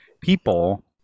people